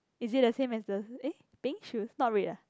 is it the same as the eh pink shoes not red ah